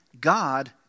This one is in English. God